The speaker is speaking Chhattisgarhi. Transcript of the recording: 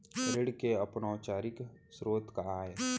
ऋण के अनौपचारिक स्रोत का आय?